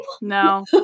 No